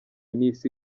n’isi